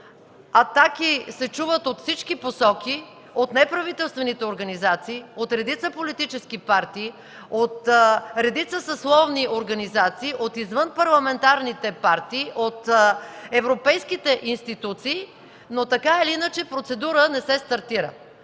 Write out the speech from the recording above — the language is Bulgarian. Атаки се чуват от всички посоки – от неправителствените организации, от редица политически партии, от редица съсловни организации, от извънпарламентарните партии, от европейските институции, но процедура не се стартира.